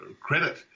credit